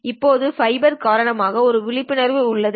இப்போது ஃபைபர் காரணமாக ஒரு விழிப்புணர்வு உள்ளது